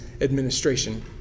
administration